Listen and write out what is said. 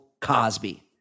Cosby